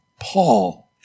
Paul